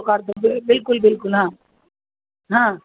करतो ब बिलकुल बिलकुल हा हा